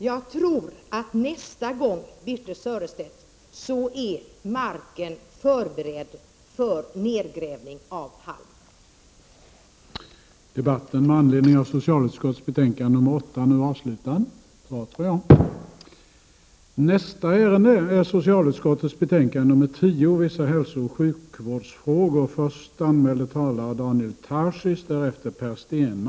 Jag tror, Birthe Sörestedt, att marken nästa gång frågan blir aktuell kommer att vara förberedd för nedgrävning av halm.